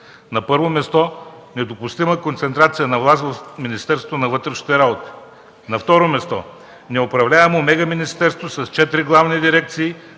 На първо място, недопустима концентрация на власт в Министерството на вътрешните работи. На второ място, неуправляемо мегаминистерство с четири главни дирекции,